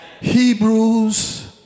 Hebrews